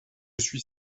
suis